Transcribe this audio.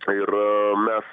ir mes